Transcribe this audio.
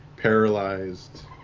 paralyzed